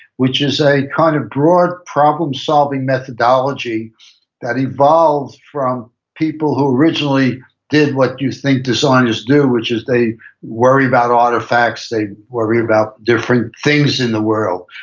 which is a kind of broad problem-solving methodology that evolved from people who originally did what you think designers do, which is they worry about artifacts. they worry about different things in the world.